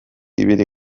ibili